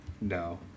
No